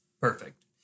Perfect